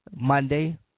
monday